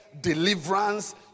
deliverance